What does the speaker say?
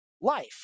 life